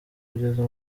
kugeza